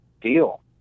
Deal